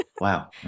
Wow